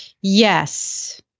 Yes